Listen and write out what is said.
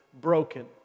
broken